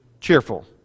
cheerful